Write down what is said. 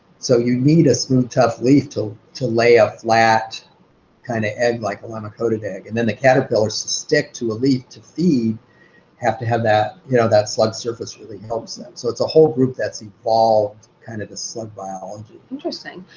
so you need a smooth, tough leaf to to lay ah a flat kind of egg like a limacodidae egg. and then the caterpillars stick to a leaf to feed have to have that you know that slug surface really helps them. so it's a whole group that's evolved kind of this slug biology. interesting,